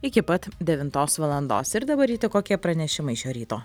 iki pat devintos valandos ir dabar ryti kokie pranešimai šio ryto